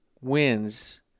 wins